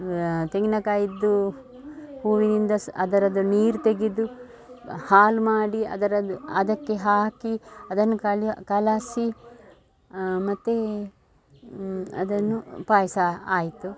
ತೆಂಗಿನಕಾಯಿದ್ದು ಹೂವಿನಿಂದ ಸ್ ಅದರದ್ದು ನೀರು ತೆಗೆದು ಹಾಲು ಮಾಡಿ ಅದರದ್ದು ಅದಕ್ಕೆ ಹಾಕಿ ಅದನ್ನು ಕಲ ಕಲಸಿ ಮತ್ತು ಅದನ್ನು ಪಾಯಸ ಆಯಿತು